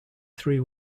three